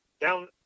down